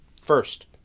First